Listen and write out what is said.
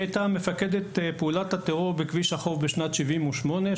היא הייתה מפקדת פעולת הטרור בכביש החוף בשנת 1978,